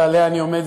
ועליה אני עומד,